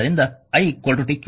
ಆದ್ದರಿಂದ idqdt